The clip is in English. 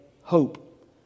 hope